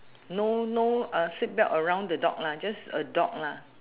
no no uh seatbelt around the dog lah just a dog lah